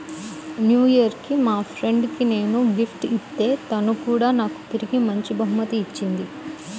new year కి మా friend కి నేను గిఫ్ట్ ఇత్తే తను కూడా నాకు తిరిగి మంచి బహుమతి ఇచ్చింది